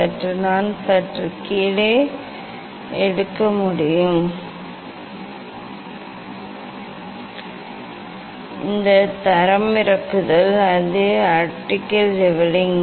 சற்று நான் சற்று கீழே எடுக்க முடியும் இது தரமிறக்குதல் இது ஆப்டிகல் லெவலிங்